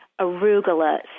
arugula